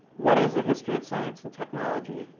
what is the history of science and technology?